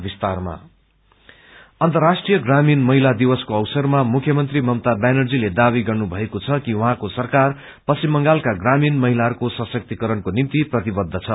rural woman अर्न्तराष्ट्रिय ग्रमरीण महिला दिवसको अवसरमा मुख्यमंत्री मममा व्यानर्जीले दावी गर्नुमएको छ कि उहँाको सरकार पश्चिम बंगालका ग्रामीण महिलाहरूको सशक्तिकरणको निम्ति प्रतिबद्ध छ